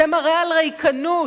זה מראה על ריקנות,